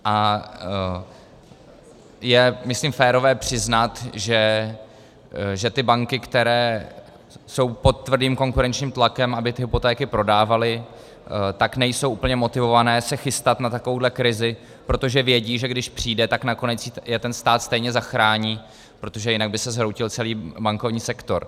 A je myslím férové přiznat, že ty banky, které jsou pod tvrdým konkurenčním tlakem, aby ty hypotéky prodávaly, tak nejsou úplně motivované se chystat na takovouhle krizi, protože vědí, že když přijde, tak nakonec je ten stát stejně zachrání, protože jinak by se zhroutil celý bankovní sektor.